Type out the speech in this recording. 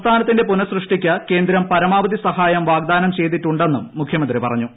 സംസ്ഥാനത്തിന്റെ പുനസൃഷ്ടിക്ക് കേന്ദ്രം പരമാവധി സഹായം വാഗ്ദാനം ചെയ്തിട്ടുണ്ടെന്നും മുഖ്യമന്ത്രി പറഞ്ഞൂ